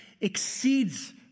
exceeds